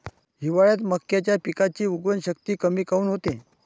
हिवाळ्यात मक्याच्या पिकाची उगवन शक्ती कमी काऊन होते?